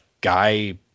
guy